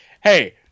Hey